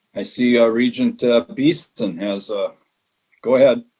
i see ah regent beeson has, ah go ahead.